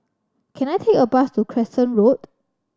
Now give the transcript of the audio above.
can I take a bus to Crescent Road